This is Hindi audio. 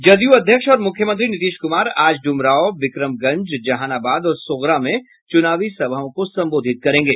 जदयू अध्यक्ष और मुख्यमंत्री नीतीश कुमार आज ड्मरांव विक्रमगंज जहानाबाद और सोगरा में चूनावी सभाओं को संबोधित करेंगे